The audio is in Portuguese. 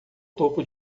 topo